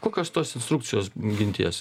kokios tos instrukcijos ginties